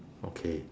okay